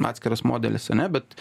atskiras modelis ane bet